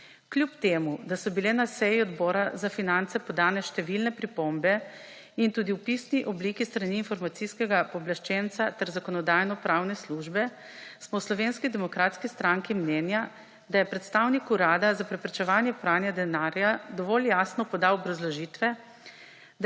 Čeprav so bile na seji Odbora za finance podane številne pripombe in tudi v pisni obliki s strani Informacijskega pooblaščenca ter Zakonodajno-pravne službe, smo v Slovenski demokratski stranki mnenja, da je predstavnik Urada za preprečevanje pranja denarja dovolj jasno podal obrazložitve,